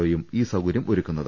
ഒയും ഈ സൌകര്യം ഒരു ക്കുന്നത്